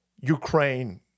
Ukraine